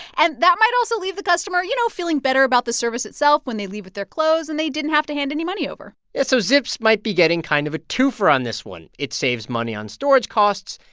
and that might also leave the customer, you know, feeling better about the service itself when they leave with their clothes and they didn't have to hand any money over yeah. so zips might be getting kind of a twofer on this one. it saves money on storage costs,